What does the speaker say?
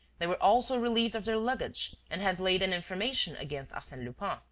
they were also relieved of their luggage and have laid an information against arsene lupin.